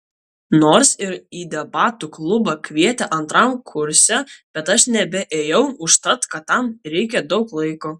nors ir į debatų klubą kvietė antram kurse bet aš nebeėjau užtat kad tam reikia daug laiko